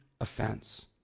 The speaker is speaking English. offense